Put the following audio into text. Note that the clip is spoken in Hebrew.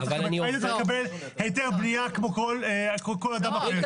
היית צריך לקבל היתר בנייה כמו כל אדם אחר.